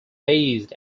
based